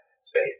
space